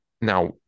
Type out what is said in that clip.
Now